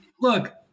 look